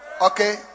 Okay